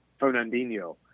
Fernandinho